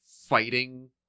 fighting